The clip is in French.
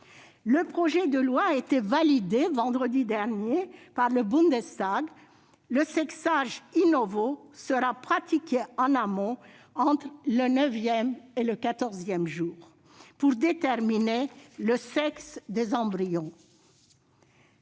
Un projet de loi a été validé vendredi dernier par le Bundestag. Le sexage sera pratiqué en amont, entre le neuvième et le quatorzième jour, pour déterminer le sexe des embryons.